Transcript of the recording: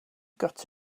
got